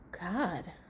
god